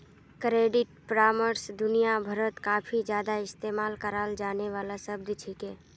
credit परामर्श दुनिया भरत काफी ज्यादा इस्तेमाल कराल जाने वाला शब्द छिके